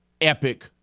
epic